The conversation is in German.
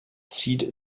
zieht